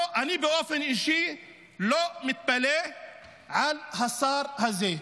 אני באופן אישי לא מתפלא על השר הזה,